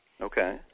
Okay